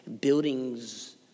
buildings